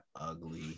ugly